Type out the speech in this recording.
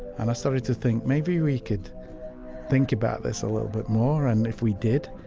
and i started to think, maybe we could think about this a little bit more and if we did,